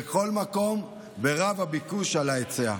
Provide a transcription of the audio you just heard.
בכל מקום, ורב הביקוש על ההיצע.